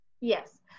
Yes